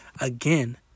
again